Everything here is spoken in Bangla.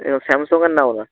ও স্যামসাংয়ের নাও না